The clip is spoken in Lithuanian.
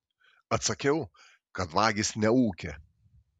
atsakiau kad vagys neūkia